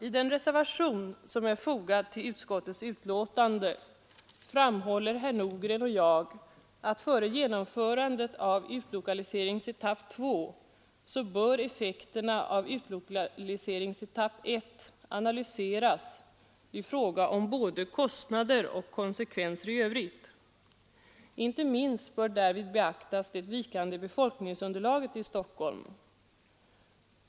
I den reservation som är fogad till utskottets betänkande framhåller herr Nordgren och jag: ”Före genomförandet av en andra utlokaliseringsetapp bör därför effekterna av etapp I analyseras i fråga om både kostnader och konsekvenser i övrigt. Inte minst bör därvid beaktas det vikande befolkningsunderlaget i Stockholm.